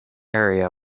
area